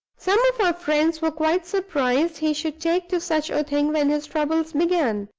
some of our friends were quite surprised he should take to such a thing when his troubles began.